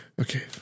Okay